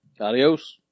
Adios